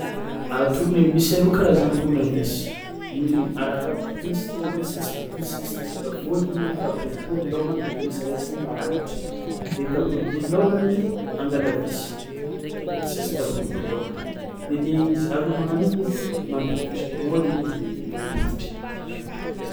A tourne- misy aroa karazany tournevis: arakaraka misy misy iz- misy izy t- vôdiny am'taboribory lôhany de misy araiky kôa marangitry; le taboribory lôhany igny angalà visy visy izy taboribory lôhany igny de le izy aroa magnano igny izy mampiditry magnôdiny izy de mampiditry.